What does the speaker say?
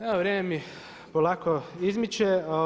Evo vrijeme mi polako izmiče.